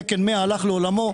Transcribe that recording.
תקן 100 הלך לעולמו,